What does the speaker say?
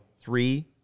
three